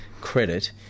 credit